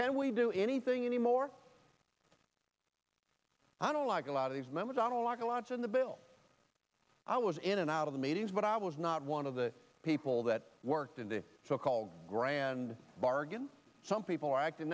can we do anything anymore i don't like a lot of these members on a like a lots in the bill i was in and out the meetings but i was not one of the people that worked in the so called grand bargain some people are acting